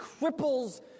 cripples